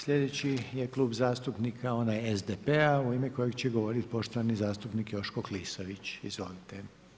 Slijedeći je Klub zastupnika onaj SDP-a u ime kojega će govoriti poštovani zastupnik Joško Klisović, izvolite.